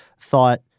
thought